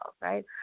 Right